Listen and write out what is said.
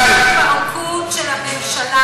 החוק הזה הוא התפרקות של הממשלה